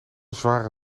zware